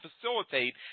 facilitate